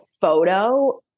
photo